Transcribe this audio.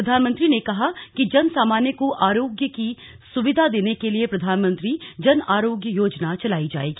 प्रधानमंत्री ने कहा कि जन सामान्य को आरोग्य की सुविधा देने के लिए प्रधानमंत्री जन आरोग्य योजना चलाई जाएगी